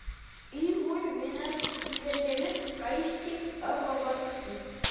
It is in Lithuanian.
į mūrvines įveržiami kaiščiai arba varžtai